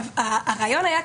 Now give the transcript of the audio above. הרעיון היה,